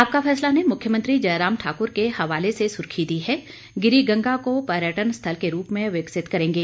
आपका फैसला ने मख्यमंत्री जयराम ठाकुर के हवाले से सुर्खी दी है गिरी गंगा को पर्यटन स्थल के रूप में विकसित करेंगे